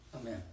Amen